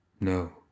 No